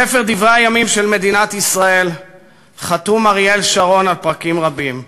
בספר דברי הימים של מדינת ישראל חתום אריאל שרון על פרקים רבים.